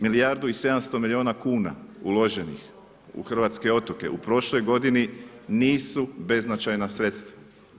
Tih milijardu i 700 milijuna kuna uloženih u hrvatske otoke u prošloj godini nisu beznačajna sredstva.